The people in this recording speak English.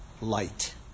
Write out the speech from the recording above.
light